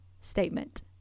statement